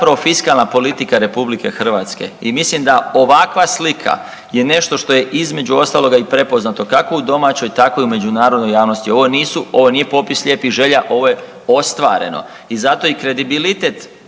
zapravo fiskalna politika RH i mislim da ovakva slika je nešto što je između ostaloga i prepoznato kako u domaćoj tako i u međunarodnoj javnosti. Ovo nisu, ovo nije popis lijepih želja, ovo je ostvareno i zato i kredibilitet